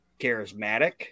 charismatic